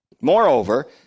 Moreover